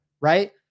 right